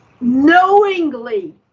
knowingly